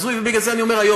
וזה מה שאמר ידידי בצלאל,